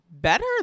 better